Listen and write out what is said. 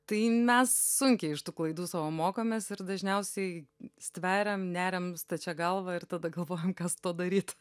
tai mes sunkiai iš tų klaidų savo mokomės ir dažniausiai stveriam neriam stačia galva ir tada galvojam ką su tuo daryt